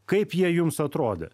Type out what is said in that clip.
kaip jie jums atrodė